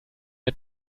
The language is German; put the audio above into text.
wir